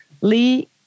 Lee